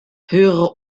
höhere